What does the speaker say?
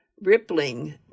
rippling